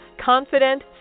Confident